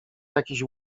jakiś